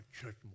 church